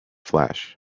flash